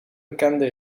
bekende